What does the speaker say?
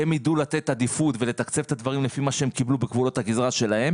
שידעו לתת עדיפות ולתקצב את הדברים לפי מה שהם קיבלו בגבולות הגזרה שלהם